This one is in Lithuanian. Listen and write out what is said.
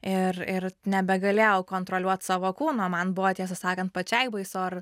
ir ir nebegalėjau kontroliuot savo kūno man buvo tiesą sakant pačiai baisu ar